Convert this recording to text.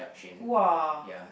!wah!